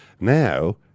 Now